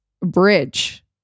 bridge